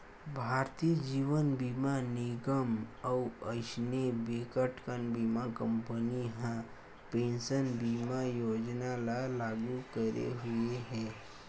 भारतीय जीवन बीमा निगन अउ अइसने बिकटकन बीमा कंपनी ह पेंसन बीमा योजना ल लागू करे हुए हे